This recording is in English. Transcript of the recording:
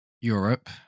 Europe